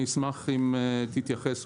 אני אשמח אם תתייחס,